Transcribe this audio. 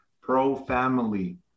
pro-family